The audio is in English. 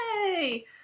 yay